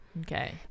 Okay